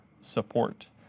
support